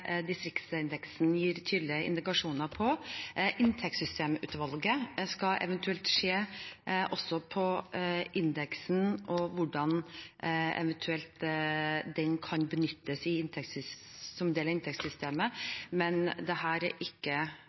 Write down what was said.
distriktsindeksen gir tydelige indikasjoner på. Inntektssystemutvalget skal eventuelt også se på indeksen og hvordan den eventuelt kan benyttes som del av inntektssystemet, men her er det ikke